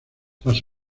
tras